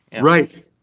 Right